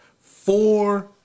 four